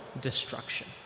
destruction